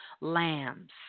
lambs